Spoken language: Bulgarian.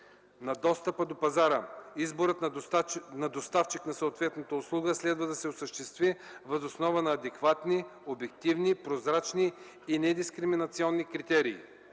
на достъпа до пазара, изборът на доставчик на съответната услуга следва да се осъществи въз основа на адекватни, обективни, прозрачни и недискриминационни критерии.